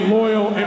loyal